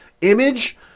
image